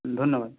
ধন্যবাদ